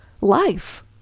life